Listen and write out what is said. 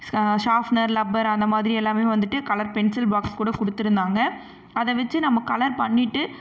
sharpener rubber அந்த மாதிரி எல்லாமே வந்துட்டு கலர் பென்சில் பாக்ஸ் கூட கொடுத்துருந்தாங்க அதை வச்சு நம்ம கலர் பண்ணிவிட்டு